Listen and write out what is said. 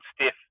stiff